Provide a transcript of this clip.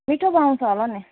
मिठो बनाउँछ होला नि